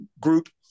group